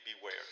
beware